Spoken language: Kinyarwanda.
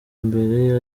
mbere